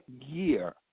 year